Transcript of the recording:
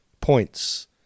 points